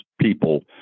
people